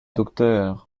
docteur